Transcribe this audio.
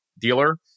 dealer